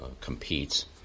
competes